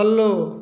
hello